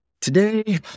today